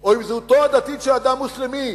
או עם זהותו הדתית של אדם מוסלמי.